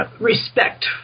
respect